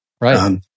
Right